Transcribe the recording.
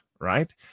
right